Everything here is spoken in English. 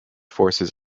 forces